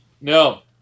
No